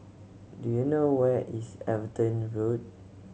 do you know where is Everton Road